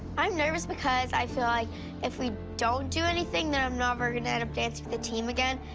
i'm nervous because i feel like if we don't do anything, then i'm never going to end up dancing with the team again.